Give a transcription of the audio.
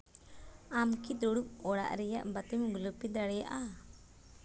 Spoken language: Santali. ᱟᱢᱠᱤ ᱫᱩᱲᱩᱵ ᱚᱲᱟᱜ ᱨᱮᱭᱟᱜ ᱵᱟᱹᱛᱤᱢ ᱜᱳᱞᱟᱯᱤ ᱫᱟᱲᱮᱭᱟᱜᱼᱟ